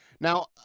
Now